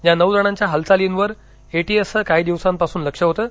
या नऊ जणांच्या हालचालींवर एटीएसचं काही दिवसांपासून लक्ष होतं